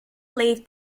leave